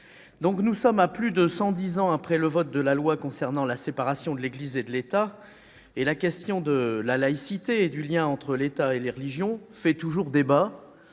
Plus de cent dix ans après le vote de la loi consacrant la séparation des Églises et de l'État, la question de la laïcité et du lien entre l'État et les religions fait toujours débat.